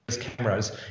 cameras